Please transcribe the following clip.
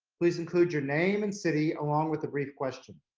please include your name and city, along with a brief question.